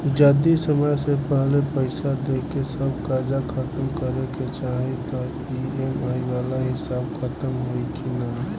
जदी समय से पहिले पईसा देके सब कर्जा खतम करे के चाही त ई.एम.आई वाला हिसाब खतम होइकी ना?